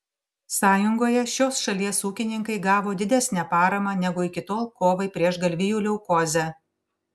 sąjungoje šios šalies ūkininkai gavo didesnę paramą negu iki tol kovai prieš galvijų leukozę